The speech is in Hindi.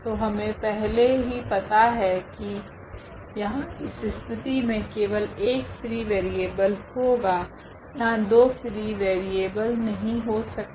तो हमे पहले ही पता है की यहाँ इस स्थिति मे केवल एक फ्री वेरिएबल होगा यहाँ दो फ्री वेरिएबल नहीं हो सकते